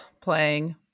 playing